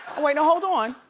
wait, now hold on.